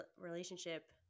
relationship